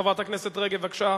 חברת הכנסת מירי רגב, בבקשה.